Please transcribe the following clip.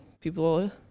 People